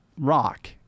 rock